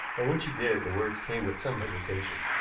and when she did the words came with some hesitation.